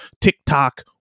TikTok